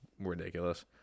ridiculous